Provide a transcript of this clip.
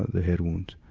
the head wounds.